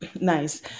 nice